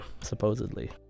supposedly